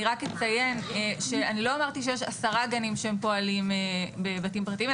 אני רק אציין שלא אמרתי שיש 10 גנים שפועלים בבתים פרטיים,